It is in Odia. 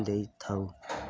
ଦେଇଥାଉ